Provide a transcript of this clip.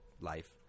life